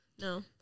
No